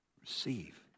receive